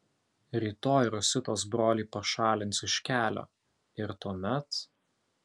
rytoj rositos brolį pašalins iš kelio ir tuomet